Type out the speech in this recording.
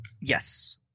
Yes